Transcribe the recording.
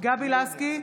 גבי לסקי,